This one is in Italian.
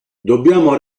dobbiamo